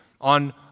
on